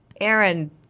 Aaron